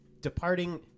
departing